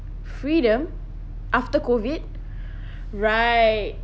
freedom after COVID right